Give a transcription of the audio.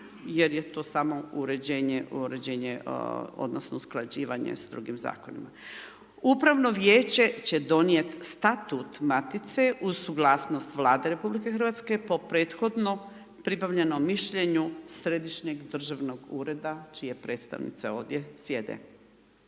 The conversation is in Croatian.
jer je to samo uređenje odnosno, usklađivanje s drugim zakonima. Upravno vijeće će donijeti statut matice uz suglasnost vlade RH po prethodno pribavljenom mišljenju Središnjeg državnog ureda čiji predstavnici ovdje sjede.